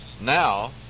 now